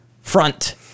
Front